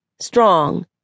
strong